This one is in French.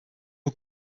aux